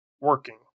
working